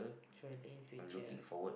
truly in future